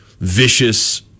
vicious